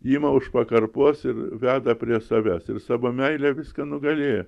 ima už pakarpos ir veda prie savęs ir savo meile viską nugalėjo